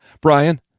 Brian